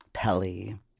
Pelly